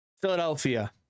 Philadelphia